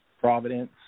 Providence